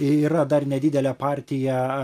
yra dar nedidelė partija